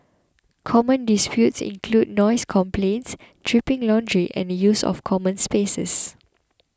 common disputes include noise complaints dripping laundry and the use of common spaces